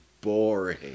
boring